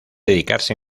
dedicarse